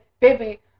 baby